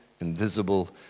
invisible